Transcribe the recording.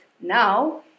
now